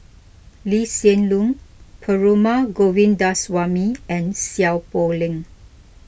Lee Hsien Loong Perumal Govindaswamy and Seow Poh Leng